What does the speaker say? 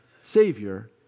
Savior